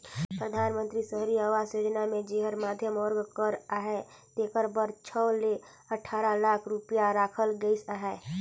परधानमंतरी सहरी आवास योजना मे जेहर मध्यम वर्ग कर अहे तेकर बर छव ले अठारा लाख रूपिया राखल गइस अहे